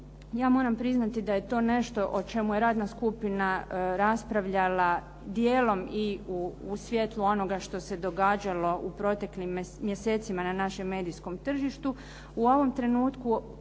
ja moram priznati da je to nešto o čemu je radna skupina raspravljala dijelom i u svjetlu onoga što se događalo u proteklim mjesecima na našem medijskom tržištu.